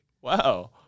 wow